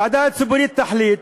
הוועדה הציבורית תחליט,